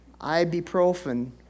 ibuprofen